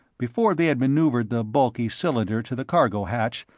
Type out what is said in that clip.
before they had maneuvered the bulky cylinder to the cargo hatch,